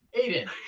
Aiden